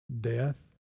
death